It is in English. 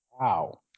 Wow